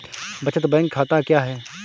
बचत बैंक खाता क्या है?